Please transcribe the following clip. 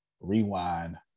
Rewind